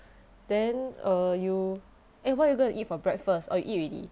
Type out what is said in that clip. then err you eh what you gonna eat for breakfast or you eat already